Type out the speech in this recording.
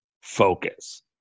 focus